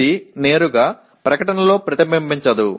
அது நேரடியாக அறிக்கையில் பிரதிபலிக்காது